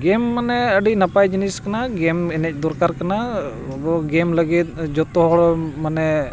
ᱜᱮᱢ ᱢᱟᱱᱮ ᱟᱹᱰᱤ ᱱᱟᱯᱟᱭ ᱡᱤᱱᱤᱥ ᱠᱟᱱᱟ ᱜᱮᱢ ᱮᱱᱮᱡ ᱫᱚᱨᱠᱟᱨ ᱠᱟᱱᱟ ᱟᱵᱚ ᱜᱮᱢ ᱞᱟᱹᱜᱤᱫ ᱡᱷᱚᱛᱚ ᱦᱚᱲ ᱢᱟᱱᱮ